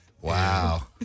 Wow